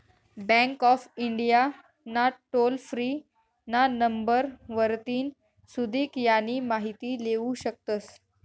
bank of India ना toll free ना number वरतीन सुदीक यानी माहिती लेवू शकतस